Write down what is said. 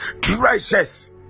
treasures